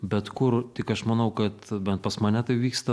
bet kur tik aš manau kad bent pas mane tai vyksta